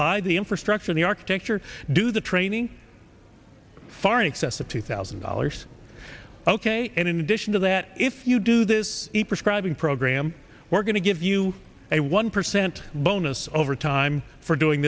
buy the infrastructure the architecture do the training far in excess of two thousand dollars ok and in addition to that if you do this prescribe a program we're going to give you a one percent bonus over time for doing